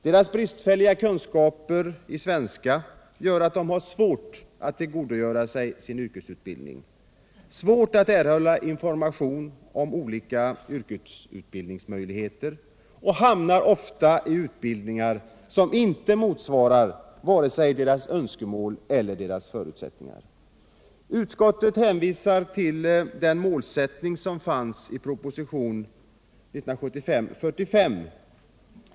Deras bristfälliga kunskaper i svenska gör att de har svårt att tillgodogöra sig sin yrkesutbildning och svårt att få information om olika yrkesutbildningsmöjligheter. De hamnar därför ofta i utbildningar som inte motsvarar vare sig deras önskemål eller deras förutsättningar. Utskottet hänvisar till den målsättning som fanns i propositionen 1975:45.